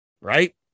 right